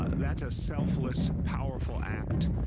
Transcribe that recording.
ah that's a selfless, powerful act.